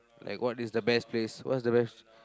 like what is the best place what's the best